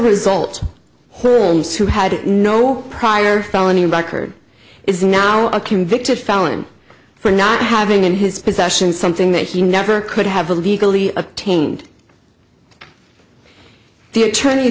result whom who had no prior felony record is now a convicted felon for not having in his possession something that he never could have illegally obtained the attorney